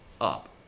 up